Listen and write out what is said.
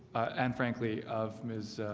and frankly of ms